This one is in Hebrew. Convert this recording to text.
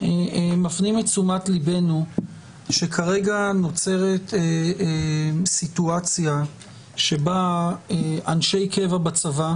מפנים את תשומת ליבנו שכרגע נוצרת סיטואציה שבה אנשי קבע בצבא